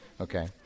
Okay